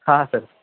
हां सर